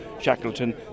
Shackleton